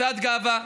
מצעד גאווה.